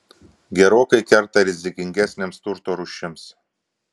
gerokai kerta rizikingesnėms turto rūšims